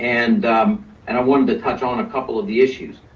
and and i wanted to touch on a couple of the issues.